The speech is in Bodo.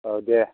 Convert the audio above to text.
औ दे